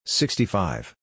sixty-five